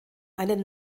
einen